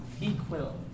Equal